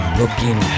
looking